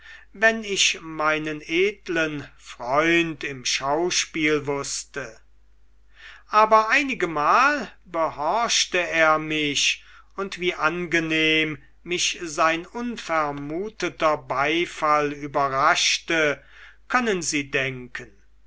wenn ich meinen edlen freund im schauspiel wußte aber einigemal behorchte er mich und wie angenehm mich sein unvermuteter beifall überraschte können sie denken